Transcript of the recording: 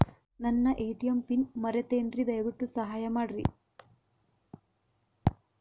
ನನ್ನ ATM PIN ಮರೆತೇನ್ರೀ, ದಯವಿಟ್ಟು ಸಹಾಯ ಮಾಡ್ರಿ